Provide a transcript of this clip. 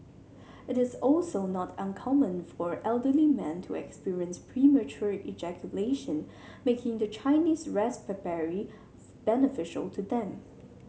it is also not uncommon for elderly men to experience premature ejaculation making the Chinese raspberry beneficial to them